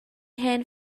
hen